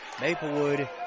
Maplewood